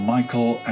Michael